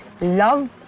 love